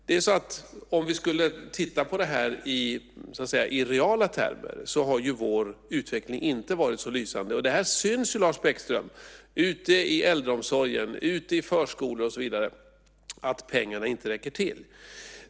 Det är så att om vi skulle titta på det här i reala termer så har ju vår utveckling inte varit så lysande. Det syns ju, Lars Bäckström, ute i äldreomsorgen, ute i förskolor och så vidare att pengarna inte räcker till.